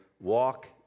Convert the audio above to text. walk